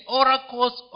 oracles